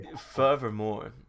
furthermore